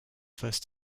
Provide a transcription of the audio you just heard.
first